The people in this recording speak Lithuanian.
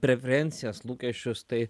preferencijas lūkesčius tai